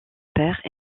père